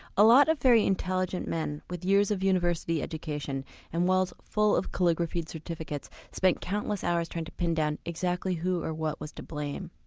a lot of very intelligent men with years of university education and walls full of calligraphied certificates spent countless hours trying to pin down exactly who or what was to blame.